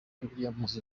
williams